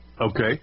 Okay